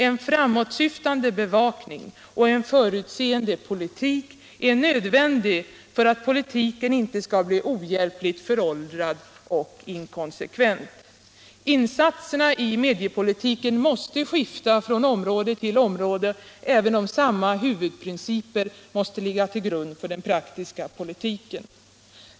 En framåtsyftande bevakning och en förutseende politik är nödvändig för att politiken inte skall bli ohjälpligt föråldrad och inkonsekvent. Insatserna i mediepolitiken måste skifta från område till område, även om samma huvudprinciper måste ligga till grund för den praktiska politiken.